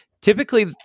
Typically